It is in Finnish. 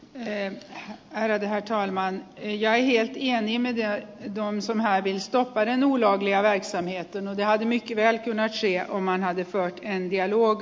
eevi herätimme thaimaan ja intian ja nimen ja jonsson aineistoa kainuun ja itseni etten ainikki ja naisia omana ärade herr talman